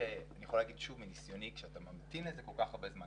שאני יכול להגיד מניסיוני כשאתה ממתין לזה כל-כך הרבה זמן